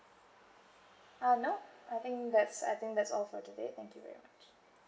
ah no I think that's I think that's all for today thank you very much